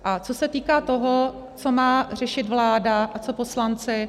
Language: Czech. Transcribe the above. A co se týká toho, co má řešit vláda a co poslanci.